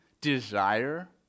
desire